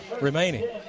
remaining